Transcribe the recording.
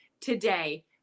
today